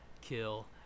kill